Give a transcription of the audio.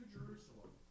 Jerusalem